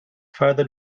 father